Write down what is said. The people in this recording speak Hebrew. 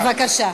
בבקשה.